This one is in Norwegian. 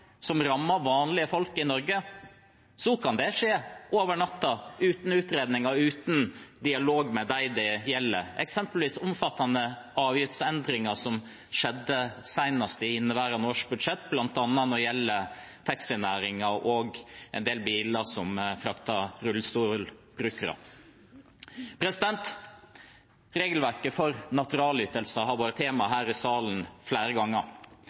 som rammer vanlige folk i Norge, så kan det skje over natten, uten utredning og uten dialog med dem det gjelder, eksempelvis omfattende avgiftsendringer, som skjedde senest i inneværende års budsjett bl.a. når det gjelder taxi-næringen og en del biler som frakter rullestolbrukere. Regelverket for naturalytelser har vært tema flere ganger her i salen.